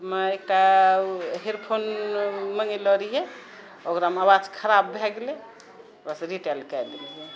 हम एकटा ओ हेड फोन मङ्गेलो रहिऐ ओकरामे आवाज खराब भए गेलै ओकरासँ रिटर्न कए देलिऐ